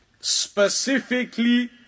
specifically